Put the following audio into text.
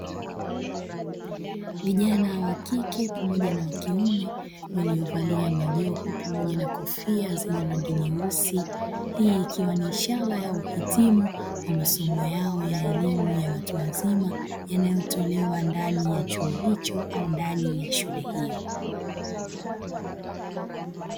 Vijana wakike pamoja na wakiume waliovalia majoho pamoja na kofia zenye rangi nyeusi, hii ikiwa ni ishara ya uhitimu wa masomo yao ya elimu ya watu wazima yanayotolewa ndani ya chuo hicho au ndani ya shule hiyo.